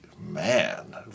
Man